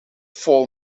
vol